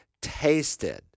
tasted